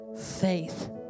faith